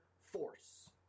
Force